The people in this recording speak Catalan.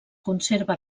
conserva